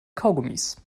kaugummis